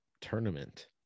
tournament